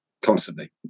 constantly